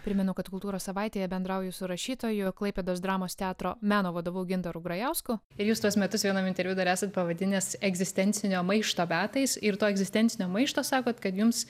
primenu kad kultūros savaitėje bendrauju su rašytoju klaipėdos dramos teatro meno vadovu gintaru grajausku ir jūs tuos metus vienam interviu dar esat pavadinęs egzistencinio maišto metais ir to egzistencinio maišto sakot kad jums